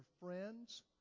friends